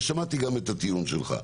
ושמעתי גם את הטיעון שלך.